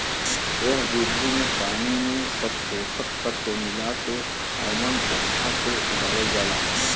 एह विधि में पानी में सब पोषक तत्व मिला के ओमन पौधा के उगावल जाला